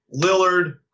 Lillard